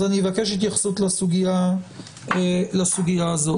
אז אני אבקש התייחסות לסוגיה הזו.